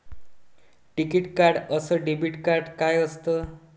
टिकीत कार्ड अस debit card काय असत?